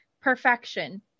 perfection